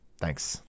Thanks